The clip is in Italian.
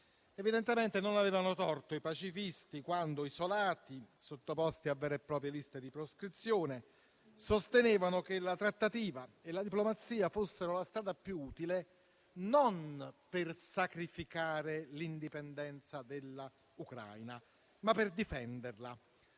Evidentemente non avevano torto i pacifisti quando, isolati, sottoposti a vere e proprie liste di proscrizione, sostenevano che la trattativa e la diplomazia fossero la strada più utile, non per sacrificare l'indipendenza dell'Ucraina, ma per difenderla.